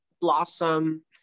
blossom